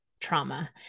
trauma